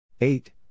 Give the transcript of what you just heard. eight